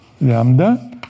lambda